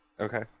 Okay